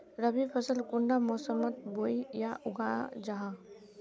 रवि फसल कुंडा मोसमोत बोई या उगाहा जाहा?